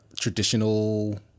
traditional